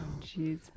Jeez